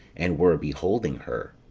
and were beholding her.